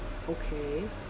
okay